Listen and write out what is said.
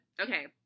Okay